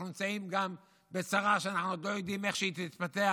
אנחנו נמצאים גם בצרה שאנחנו עוד לא יודעים איך היא תתפתח.